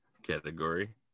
category